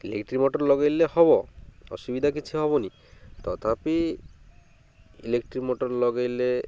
electric motor ଲଗେଇଲେ ହେବ ଅସୁବିଧା କିଛି ହେବନି ତଥାପି ଇଲେକ୍ଟ୍ରିକ୍ ମଟର୍ ଲଗେଇଲେ